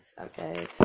okay